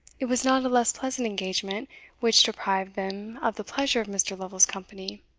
it was not a less pleasant engagement which deprived them of the pleasure of mr. lovel's company.